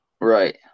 Right